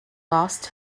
lost